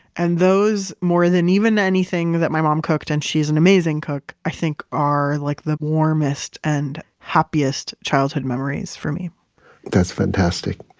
and those more than even anything that my mom cooked, and she's an amazing cook, i think are like the warmest and happiest childhood memories for me that's fantastic.